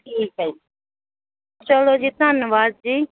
ਠੀਕ ਹੈ ਜੀ ਚਲੋ ਜੀ ਧੰਨਵਾਦ ਜੀ